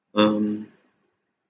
um